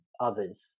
others